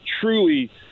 truly